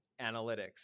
analytics